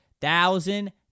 thousand